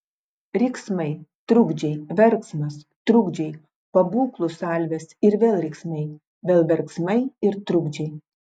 riksmai trukdžiai verksmas trukdžiai pabūklų salvės ir vėl riksmai vėl verksmai ir trukdžiai